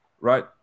right